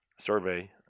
survey